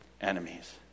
enemies